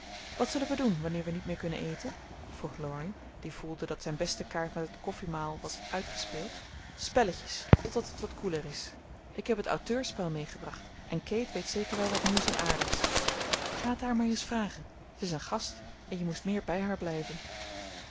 wat zullen wij doen wanneer we niet meer kunnen eten vroeg laurie die voelde dat zijn beste kaart met het koffiemaal was uitgespeeld spelletjes totdat het wat koeler is ik heb het auteurspel meegebracht en kate weet zeker wel wat nieuws en aardigs ga het haar maar eens vragen ze is een gast en je moest meer bij haar blijven